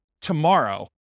tomorrow